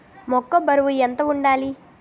మొక్కొ బరువు ఎంత వుండాలి?